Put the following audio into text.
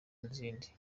n’izindi